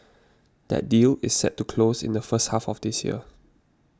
that deal is set to close in the first half of this year